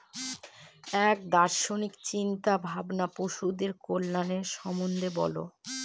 এক দার্শনিক চিন্তা ভাবনা পশুদের কল্যাণের সম্বন্ধে বলে